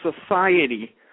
society